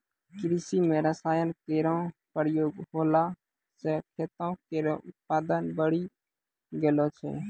कृषि म रसायन केरो प्रयोग होला सँ खेतो केरो उत्पादन बढ़ी गेलो छै